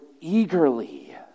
eagerly